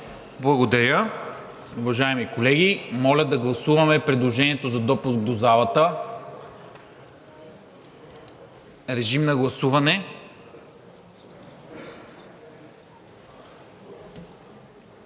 Благодаря. Уважаеми колеги, моля да гласуваме предложението за допуск до залата. Калин Иванов?